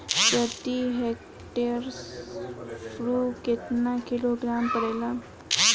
प्रति हेक्टेयर स्फूर केतना किलोग्राम पड़ेला?